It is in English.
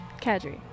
Kadri